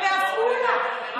בעפולה,